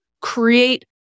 create